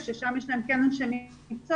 ששם יש להם כן אנשי מקצוע,